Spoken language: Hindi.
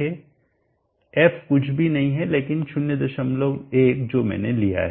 है f कुछ भी नहीं है लेकिन 01 जो मैंने लिया है